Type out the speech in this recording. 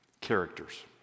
characters